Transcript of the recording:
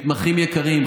מתמחים יקרים,